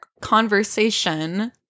conversation